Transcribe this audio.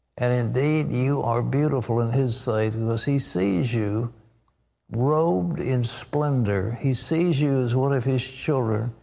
and, indeed, you are beautiful in his sight because he sees you robed in splendor. he sees you as one of his children.